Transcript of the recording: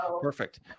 Perfect